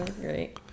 great